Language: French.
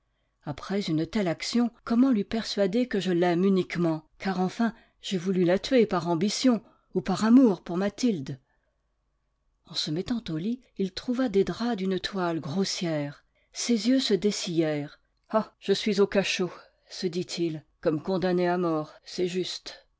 après une telle action comment lui persuader que je l'aime uniquement car enfin j'ai voulu la tuer par ambition ou par amour pour mathilde en se mettant au lit il trouva des draps d'une toile grossière ses yeux se dessillèrent ah je suis au cachot se dit-il comme condamné à mort c'est juste